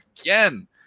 again